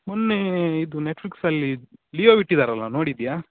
ಮೊನ್ನೇ ಇದು ನೆಟ್ಫ್ಲಿಕ್ಸಲ್ಲಿ ಲಿಯೋ ಬಿಟ್ಟಿದ್ದಾರಲ್ಲ ನೋಡಿದೆಯಾ